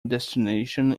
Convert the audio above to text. destination